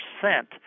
percent